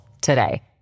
today